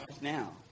Now